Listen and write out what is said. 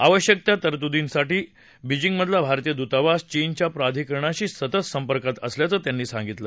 आवश्यक त्या तरतुदीसाठी बिजिंगमधला भारतीय दूतावास चीनच्या प्राधिकरणांशी सतत संपर्कात असल्याचं त्यांनी सांगितलं